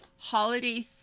holiday